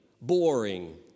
boring